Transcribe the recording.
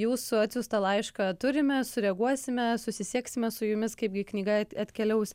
jūsų atsiųstą laišką turime sureaguosime susisieksime su jumis kaipgi knyga atkeliaus